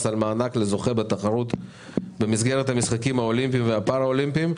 על מענק לזוכה בתחרות במסגרת משחקים אולימפיים ופארא אולימפיים.